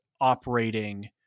operating